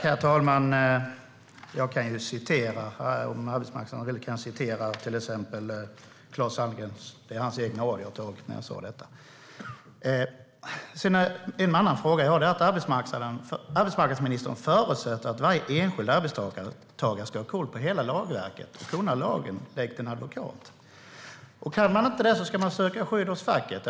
Herr talman! Jag kan till exempel citera Claes Sandgren - jag tog hans egna ord när jag sa detta. Arbetsmarknadsministern förutsätter att varje enskild arbetstagare ska ha koll på hela lagverket och kunna lagen likt en advokat. Och kan man inte det ska man söka stöd hos facket.